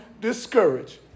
Discouraged